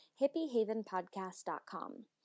hippiehavenpodcast.com